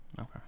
Okay